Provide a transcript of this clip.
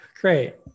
great